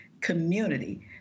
community